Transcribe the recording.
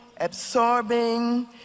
absorbing